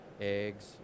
eggs